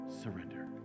surrender